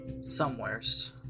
somewheres